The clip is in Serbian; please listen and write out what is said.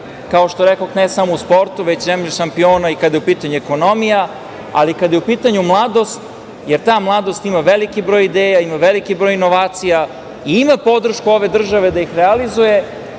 kao što rekoh, ne samo u sportu, već zemlju šampiona i kada je u pitanju ekonomija, ali i kada je u pitanju mladost, jer ta mladost ima veliki broj ideja, ima veliki broj inovacija i ima podršku ove države da ih realizuje,